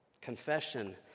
Confession